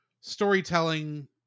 storytelling